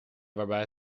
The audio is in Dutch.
waarbij